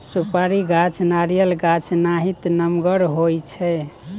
सुपारी गाछ नारियल गाछ नाहित नमगर होइ छइ